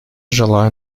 желаю